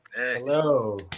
Hello